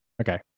Okay